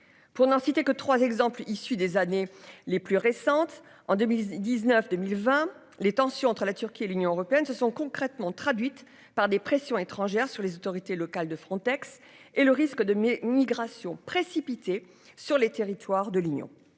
Pour n'en citer que 3 exemples issus des années les plus récentes en 2019 2020. Les tensions entre la Turquie et l'Union européenne se sont concrètement traduite par des pressions étrangères sur les autorités locales de Frontex et le risque de migration précipité sur les territoires de l'Union